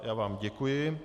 Já vám děkuji.